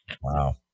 wow